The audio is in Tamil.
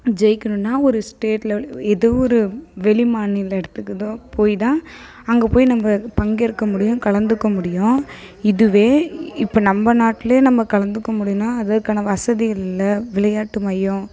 ஜெயிக்கணும்னா ஒரு ஸ்டேட் லெவல் எதோ ஒரு வெளிமாநில இடத்துக்குதோ போய் தான் அங்கே போய் நம்ம பங்கேற்க முடியும் கலந்துக்க முடியும் இதுவே இப்போ நம்ம நாட்டிலே நம்ம கலந்துக்க முடியும்னா அதற்கான வசதி இல்லை விளையாட்டு மையம்